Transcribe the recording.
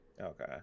okay